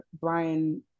brian